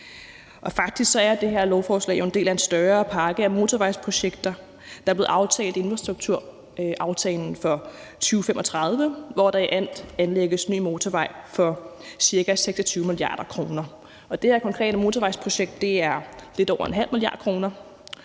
Faktisk er det her lovforslag jo en del af en større pakke af motorvejsprojekter, der er blevet aftalt i infrastrukturaftalen for 2035, hvor der i alt anlægges ny motorvej for ca. 26 mia. kr. Det her konkrete motorvejsprojekt er lidt over en halv milliard